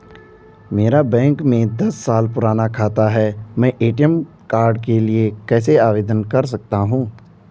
मेरा बैंक में दस साल पुराना खाता है मैं ए.टी.एम कार्ड के लिए कैसे आवेदन कर सकता हूँ?